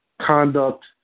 conduct